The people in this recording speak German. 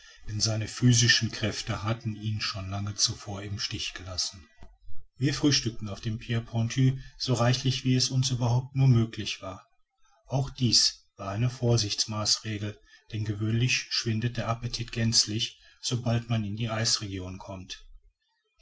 denn seine physischen kräfte hatten ihn schon lange zuvor im stich gelassen wir frühstückten auf der pierre pointue so reichlich wie es uns überhaupt nur möglich war auch dies war eine vorsichtsmaßregel denn gewöhnlich schwindet der appetit gänzlich sobald man in die eisregionen kommt